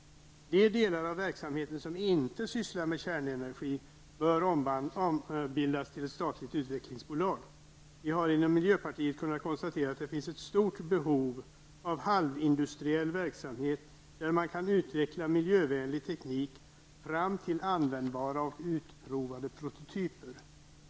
De delar av verksamheten som inte sysslar med kärnenergi bör ombildas till ett statligt utvecklingsbolag. Vi har inom miljöpartiet kunnat konstatera att det finns ett stort behov av en halvindustriell verksamhet där man kan utveckla miljövänlig teknik fram till användbara och utprovade prototyper.